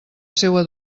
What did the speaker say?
seua